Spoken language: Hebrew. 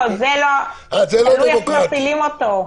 תלוי איך מפעילים אותו.